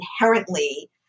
inherently